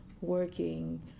working